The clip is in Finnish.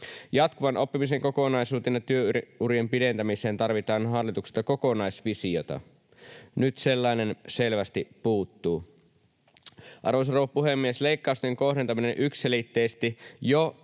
Jatkuvan oppimisen kokonaisuuteen ja työurien pidentämiseen tarvitaan hallitukselta kokonaisvisiota. Nyt sellainen selvästi puuttuu. Arvoisa rouva puhemies! Leikkausten kohdentaminen yksiselitteisesti jo